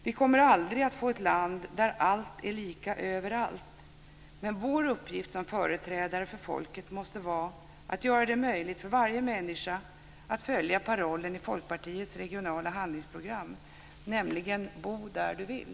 Vi kommer aldrig att få ett land där allt är lika överallt, men vår uppgift som företrädare för folket måste vara att göra det möjligt för varje människa att följa parollen i Folkpartiets regionala handlingsprogram, nämligen: Bo där du vill!